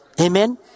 Amen